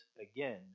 again